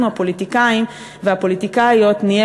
אנחנו הפוליטיקאים והפוליטיקאיות נהיה